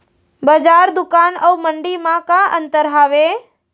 बजार, दुकान अऊ मंडी मा का अंतर हावे?